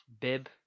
bib